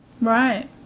Right